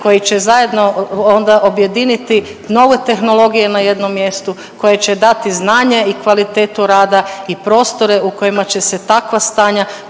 koji će zajedno onda objediniti nove tehnologije na jednom mjestu koje će dati znanje i kvalitetu rada i prostore u kojima će se takva stanja